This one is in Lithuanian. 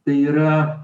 tai yra